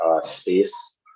space